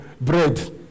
bread